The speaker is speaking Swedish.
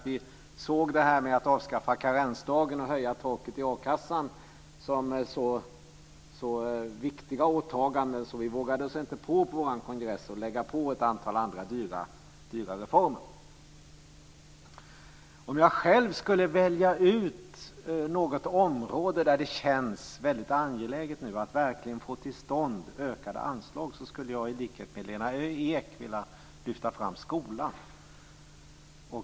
Vi såg beslutet om att avskaffa karensdagen och höja taket i a-kassan som så viktiga åtaganden att vi på vår kongress inte vågade oss på att lägga på ett antal andra dyra reformer. Om jag själv skulle välja ut något område där det känns väldigt angeläget att verkligen få till stånd ökade anslag, skulle jag i likhet med Lena Ek vilja lyfta fram skolan.